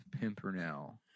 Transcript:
Pimpernel